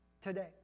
today